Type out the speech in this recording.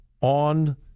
on